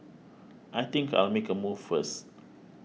I think I'll make a move first